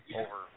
over